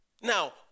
Now